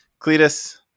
cletus